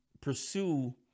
pursue